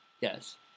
Yes